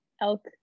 elk